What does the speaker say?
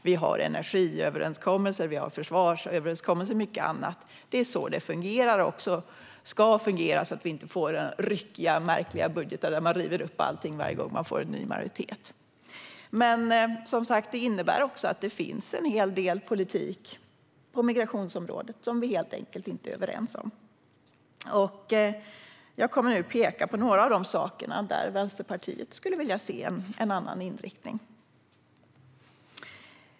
Vi har energiöverenskommelser, försvarsöverenskommelser och mycket annat. Det är också så det fungerar och ska fungera, så att det inte blir ryckiga budgetar där allt rivs upp varje gång det blir en ny majoritet. Det innebär också att det finns en hel del politik på migrationsområdet som vi helt enkelt inte är överens om. Jag kommer nu att peka på några av de saker där Vänsterpartiet skulle vilja se en annan inriktning.